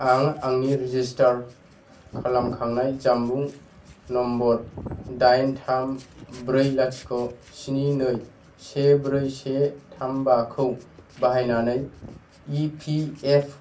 आं आंनि रेजिस्थार थाम ब्रै लाथिख स्नि नै से ब्रै से थाम बाखौ बाहायनानै इ पि एफ